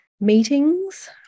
Meetings